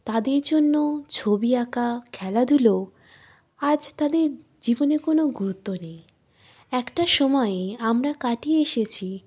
তাদের জন্য ছবি আঁকা খেলাধুলো আজ তাদের জীবনে কোনো গুরুত্ব নেই একটা সময়ে আমরা কাটিয়ে এসেছি